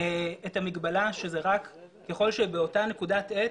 את המגבלה שזה רק ככל שבאותה נקודת זמן,